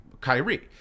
Kyrie